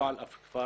לא על אף כפר